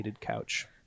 couch